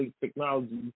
technology